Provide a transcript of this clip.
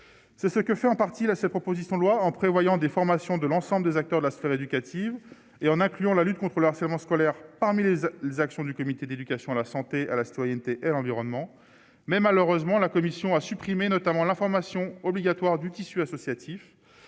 c'est ce que fait en partie la sa proposition de loi en prévoyant des formations de l'ensemble des acteurs de la sphère éducative et en incluant la lutte contre le harcèlement scolaire parmi les actions du comité d'éducation à la santé, à la citoyenneté et l'environnement, mais malheureusement, la commission a supprimé notamment la formation obligatoire du tissu associatif,